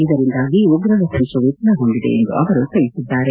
ಇದರಿಂದಾಗಿ ಉಗ್ರರ ಸಂಚು ವಿಫಲಗೊಂಡಿದೆ ಎಂದು ಅವರು ತಿಳಿಸಿದ್ದಾರೆ